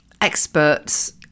experts